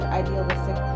idealistic